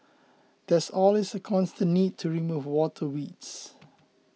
there's always a constant need to remove water weeds